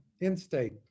in-state